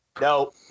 No